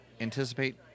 anticipate